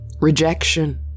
Rejection